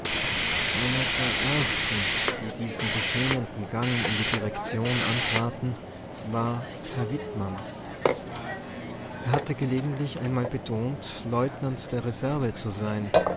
einer der ersten die diesen beschämenden gang in die direktion antraten war herr wittmann er hatte gelegentlich einmal betont leutnant der reserve zu sein